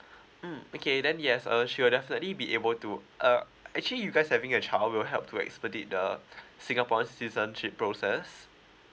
mm okay then yes uh she will definitely be able to uh actually you guys having a child will help to expedite uh singapore citizenship process